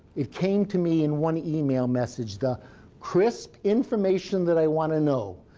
it came to me in one email message the crisp information that i want to know.